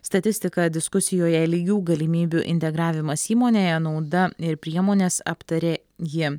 statistika diskusijoje lygių galimybių integravimas įmonėje nauda ir priemones aptarė ji